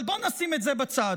אבל בואו נשים את זה בצד.